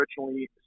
originally